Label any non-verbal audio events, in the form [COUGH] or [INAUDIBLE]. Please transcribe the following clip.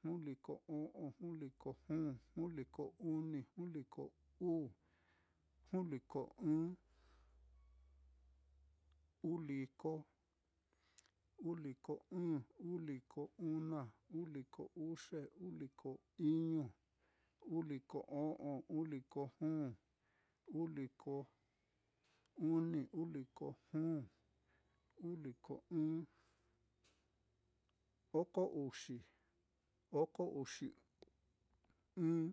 Juu liko o'on, juu liko juu, juu liko uni, juu liko uu, juu liko ɨ́ɨ́n, uu liko, uu liko ɨ̄ɨ̱n, uu liko una, uu liko, uxe, uu liko iñu, uu liko o'on, uu liko juu, uu liko uni, uu liko juu, uu liko ɨ́ɨ́n, oko uxi, oko uxi [HESITATION] ɨ̄ɨ̱n,